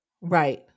Right